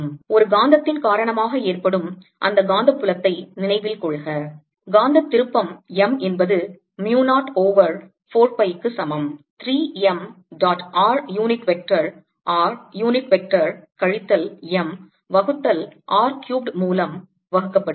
ஒரு காந்தத்தின் காரணமாக ஏற்படும் அந்த காந்தப்புலத்தை நினைவில் கொள்க காந்தத் திருப்பம் m என்பது mu 0 ஓவர் 4 pi க்கு சமம் 3 m dot r unit vector r unit vector கழித்தல் m வகுத்தல் R க்யூப்ட் மூலம் வகுக்கப்படுகிறது